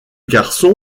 garçon